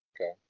Okay